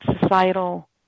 societal